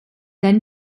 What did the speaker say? then